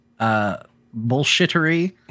bullshittery